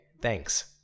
thanks